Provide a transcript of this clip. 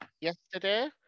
Yesterday